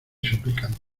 suplicante